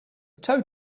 tow